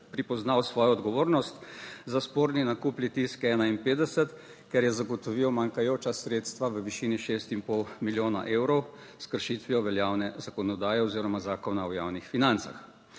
prepoznal svojo odgovornost za sporni nakup Litijska 51, ker je zagotovil manjkajoča sredstva v višini 6,5 milijona evrov s kršitvijo veljavne zakonodaje oziroma Zakona o javnih financah.